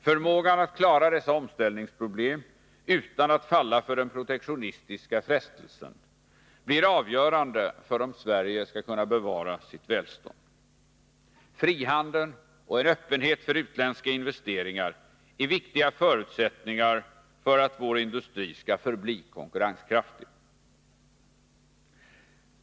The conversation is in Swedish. Förmågan att klara dessa omställningsproblem utan att falla för den protektionistiska frestelsen blir avgörande för om Sverige skall kunna bevara sitt välstånd. Frihandeln och en öppenhet för utländska investeringar är viktiga förutsättningar för att vår industri skall förbli konkurrenskraftig.